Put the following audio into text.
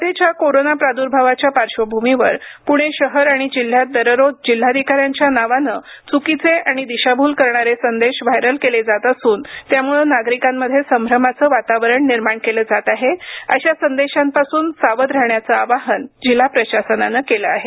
सध्याच्या कोरोना प्रादुर्भावाच्या पार्श्वभूमीवर पुणे शहर आणि जिल्ह्यात दररोज जिल्हाधिकाऱ्यांच्या नावानं चुकीचे आणि दिशाभूल करणारे संदेश व्हायरल केले जात असून त्यामुळं नागरिकांमध्ये संभ्रमाचं वातावरण निर्माण केलं जात आहे अशा संदेशांपासून सावध राहण्याचं आवाहन जिल्हा प्रशासनानं केलं आहे